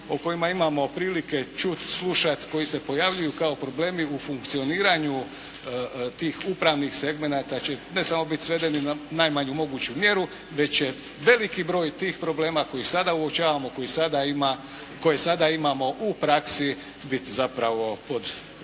o kojima imamo prilike čuti, slušati, koji se pojavljuju kao problemi u funkcioniranju tih upravnih segmenata će, ne samo biti svedeni na najmanju moguću mjeru, već će veliki broj tih problema koje sada uočavamo, koje sada imamo u praksi, biti zapravo